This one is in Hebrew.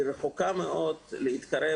היא רחוקה מאוד להתקרב